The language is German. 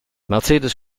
mercedes